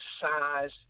size